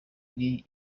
iri